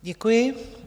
Děkuji.